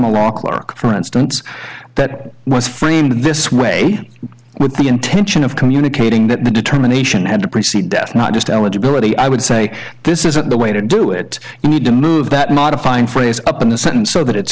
a law clerk for instance that was framed in this way with the intention of communicating that the determination and to precede death not just eligibility i would say this isn't the way to do it you need to move that modifying phrase up in the sentence so that it's